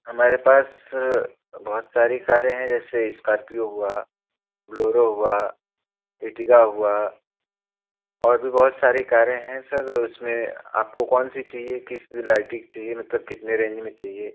हमारे पास बहुत सारी कारें हैं जैसे इस्कार्पियो हुआ ब्लोरो हुआ एटिगा हुआ और भी बहुत सारी कारें हैं सर उसमें आपको कौनसी चाहिए किस वैलायटी की चाहिए मतलब कितने रेंज में चाहिए